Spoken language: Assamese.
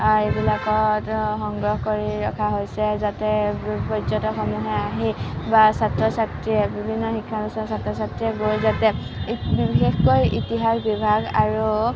এইবিলাকত সংগ্ৰহ কৰি ৰখা হৈছে যাতে এইবোৰ পৰ্যটকসমূহে আহি বা ছাত্ৰ ছাত্ৰীয়ে বিভিন্ন শিক্ষানুষ্ঠানৰ ছাত্ৰ ছাত্ৰীয়ে গৈ যাতে বিশেষকৈ ইতিহাস বিভাগ আৰু